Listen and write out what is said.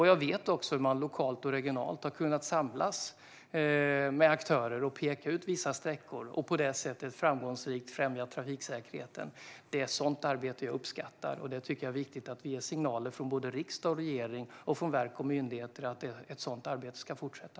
Jag vet också hur man lokalt och regionalt har kunnat samla aktörer och peka ut vissa sträckor och på det sättet framgångsrikt främjat trafiksäkerheten. Det är sådant arbete jag uppskattar, och jag tycker att det är viktigt att vi ger signaler från både riksdag och regering och från verk och myndigheter att ett sådant arbete ska fortsätta.